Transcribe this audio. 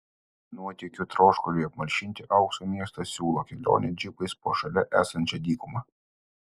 nuotykių troškuliui apmalšinti aukso miestas siūlo kelionę džipais po šalia esančią dykumą